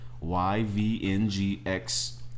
Y-V-N-G-X-